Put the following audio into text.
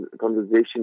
conversation